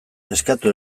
eskatu